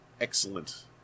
Excellent